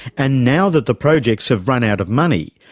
and now that the projects have run out of money,